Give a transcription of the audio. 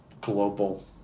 global